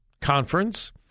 conference